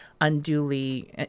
unduly